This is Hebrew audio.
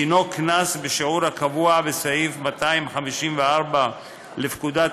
דינו קנס בשיעור הקבוע בסעיף 254 לפקודת